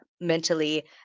mentally